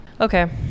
okay